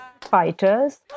fighters